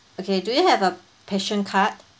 okay do you have a passion card